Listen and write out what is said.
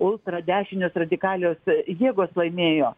ultradešinios radikaliosios jėgos laimėjo